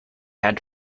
had